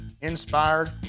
inspired